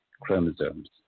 chromosomes